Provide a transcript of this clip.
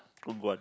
Kong-Guan